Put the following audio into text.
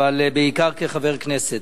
אבל בעיקר כחבר הכנסת.